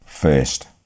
First